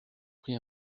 pris